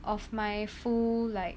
of my full like